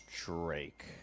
Drake